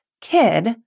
kid